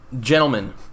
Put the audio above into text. Gentlemen